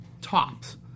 tops